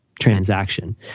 transaction